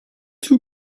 two